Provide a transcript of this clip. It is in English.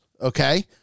Okay